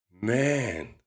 man